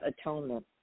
atonement